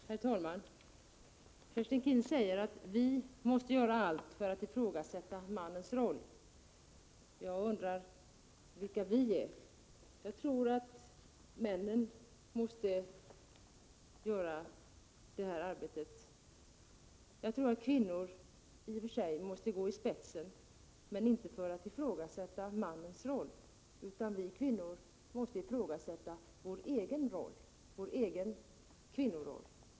Herr talman! Kerstin Keen säger att vi måste göra allt för att ifrågasätta mannens roll. Jag undrar vilka vi är. Jag tror att männen måste göra det här arbetet. Jag tror att kvinnor i och för sig måste gå i spetsen men inte för att ifrågasätta mannens roll utan för att ifrågasätta sin egen kvinnoroll.